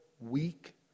weak